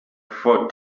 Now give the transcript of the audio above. for